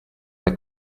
they